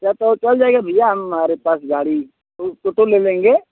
अच्छा तो चल जाएगी भैया हमारे पास गाड़ी टोटो ले लेंगे